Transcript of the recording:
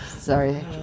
Sorry